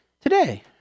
today